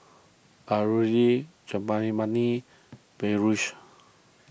Alluri Gottipati Peyush